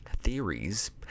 theories